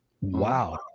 Wow